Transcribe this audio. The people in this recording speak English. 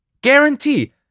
Guarantee